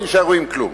תישארו עם כלום.